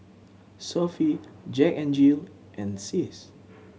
Sofy Jack N Jill and SIS